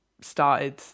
started